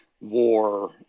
war